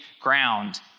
ground